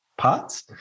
Parts